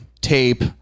tape